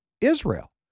Israel